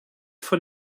von